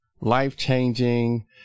life-changing